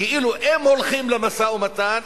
כאילו אם הולכים למשא-ומתן,